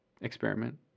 experiment